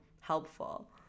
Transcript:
helpful